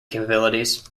capabilities